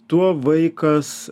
tuo vaikas